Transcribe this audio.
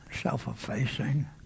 self-effacing